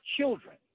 children